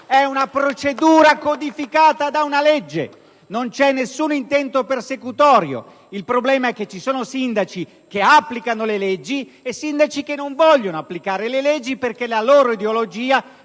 È una procedura codificata da una legge, e non c'è nessun intento persecutorio. Il problema è che ci sono sindaci che applicano le leggi e sindaci che non vogliono farlo perché la loro ideologia